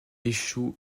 échoue